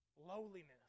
Lowliness